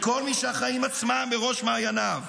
לכל מי שהחיים עצמם בראש מעייניו,